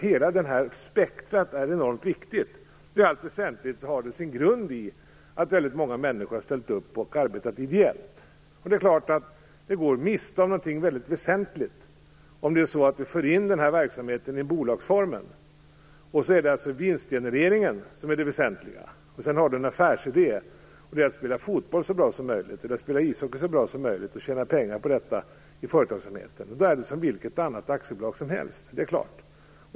Hela detta spektra är enormt viktigt. I allt väsentligt har det sin grund i att väldigt många människor har ställt upp och arbetat ideellt. Det är klart att man går miste om något väldigt väsentligt om man för in denna verksamhet i bolagsform. Där är vinstgenereringen det väsentliga. Man har en affärsidé, att spela fotboll så bra som möjligt eller ishockey så bra som möjligt, och skall tjäna pengar på detta i företagsamheten. Det är som vilket annat aktiebolag som helst.